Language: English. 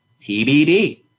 TBD